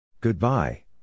Goodbye